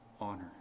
honor